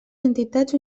entitats